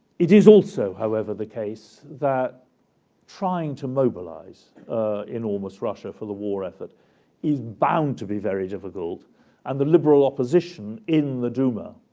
it is also, however, the case that trying to mobilize enormous russia for the war effort is bound to be very difficult and the liberal opposition in the duma